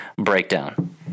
breakdown